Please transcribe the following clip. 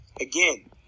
Again